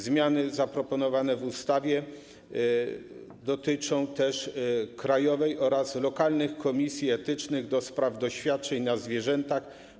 Zmiany zaproponowane w ustawie dotyczą też krajowej oraz lokalnych komisji etycznych do spraw doświadczeń na zwierzętach.